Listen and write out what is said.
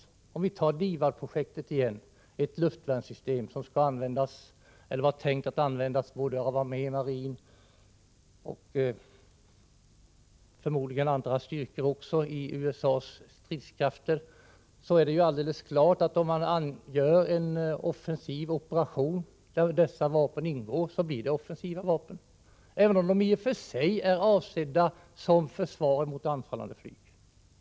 Här kan vi återigen ta DIVAD-projektet som exempel, ett luftvärnssystem som var tänkt att användas både av armé och marin och förmodligen också av andra styrkor i USA:s stridskrafter. Det är alldeles klart, att om man angör en offensiv operation där de av oss exporterade vapnen ingår, så blir det fråga om offensiva vapen även om de i och för sig är avsedda att användas som försvar mot anfallande flyg.